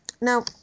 Now